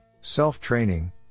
Self-Training